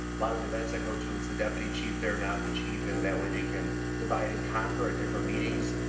lot of the events i go to, it's the deputy chief. they're not the chief. and that way they can divide and conquer at different meetings.